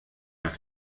hat